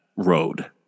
road